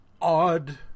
odd